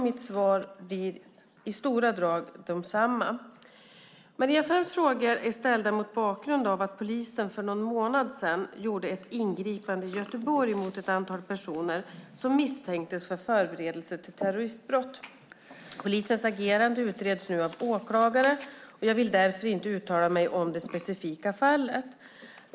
Mitt svar blir i stora drag detsamma. Maria Ferms frågor är ställda mot bakgrund av att polisen för någon månad sedan gjorde ett ingripande i Göteborg mot ett antal personer som misstänktes för förberedelse till terroristbrott. Polisens agerande utreds nu av åklagare, och jag vill därför inte uttala mig om det specifika fallet.